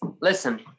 listen